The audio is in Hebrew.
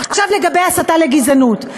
עכשיו, לגבי הסתה לגזענות.